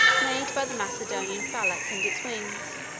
made by the macedonian phalanx and its wings,